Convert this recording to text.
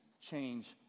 change